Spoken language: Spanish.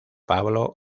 pablo